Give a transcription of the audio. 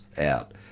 out